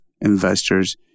investors